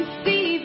see